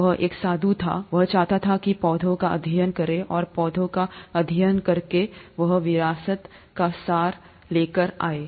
वह एक साधु था वह चाहता था पौधों का अध्ययन करें और पौधों का अध्ययन करके वह विरासत का सार लेकर आए